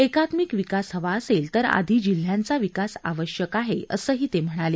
एकात्मिक विकास हवा असेल तर आधी जिल्ह्यांचा विकास आवश्यक आहे असंही ते म्हणाले